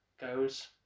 goes